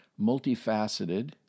multifaceted